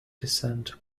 descent